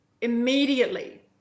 immediately